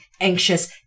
anxious